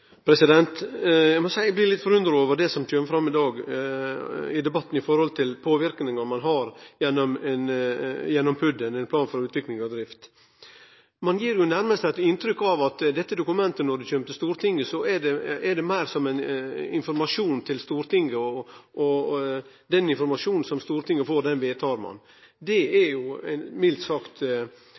minutt. Eg må seie eg blir litt forundra over det som kjem fram i dag i debatten når det gjeld påverknaden ein har gjennom PUD-en, planen for utvikling og drift. Ein gir nærast eit inntrykk av at når dette dokumentet kjem til Stortinget, er det meir som informasjon til Stortinget, og den informasjonen som Stortinget får, vedtar ein. Det er mildt sagt